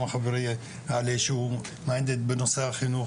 גם חברי עלי שהוא בתוך נושא החינוך,